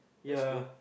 that's good